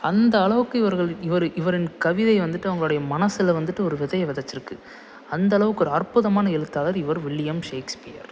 அந்தளவுக்கு இவர்களின் இவர் இவரின் கவிதை வந்துவிட்டு அவங்களுடைய மனசில் வந்துவிட்டு ஒரு விதையை வெதைச்சிருக்கு அந்தளவுக்கு ஒரு அற்புதமான எழுத்தாளர் இவர் வில்லியம் ஷேக்ஸ்பியர்